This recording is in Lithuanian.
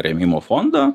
rėmimo fondą